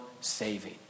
saving